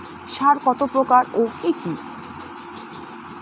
সার কত প্রকার ও কি কি?